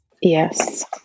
Yes